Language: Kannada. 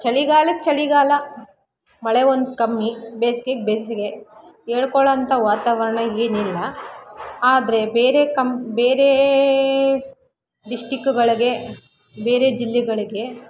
ಚಳಿಗಾಲಕ್ಕೆ ಚಳಿಗಾಲ ಮಳೆ ಒಂದು ಕಮ್ಮಿ ಬೇಸಿಗೆಗೆ ಬೇಸಿಗೆ ಹೇಳ್ಕೊಳ್ಳೋ ಅಂಥ ವಾತಾವರಣ ಏನಿಲ್ಲ ಆದರೆ ಬೇರೆ ಕಮ್ ಬೇರೆ ಡಿಸ್ಟ್ರಿಕ್ಕ್ಗಳಿಗೆ ಬೇರೆ ಜಿಲ್ಲೆಗಳಿಗೆ